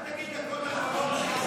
אל תגיד "דקות אחרונות",